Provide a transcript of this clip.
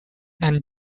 and